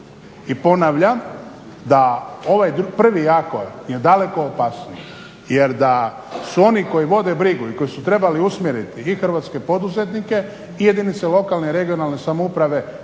I ponavljam da ovaj prvi ako je daleko opasniji. Jer da su oni koji vode brigu i koji su trebali usmjeriti i hrvatske poduzetnike i jedinice lokalne (regionalne) samouprave da